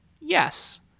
yes